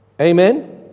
Amen